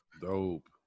Dope